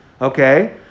okay